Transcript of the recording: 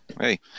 Hey